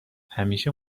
همیشه